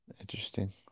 Interesting